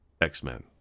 X-Men